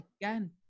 again